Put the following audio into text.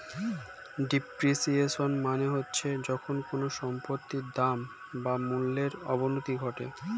depreciation মানে হচ্ছে যখন কোনো সম্পত্তির দাম বা মূল্যর অবনতি ঘটে